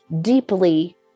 deeply